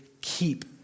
keep